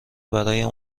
برایم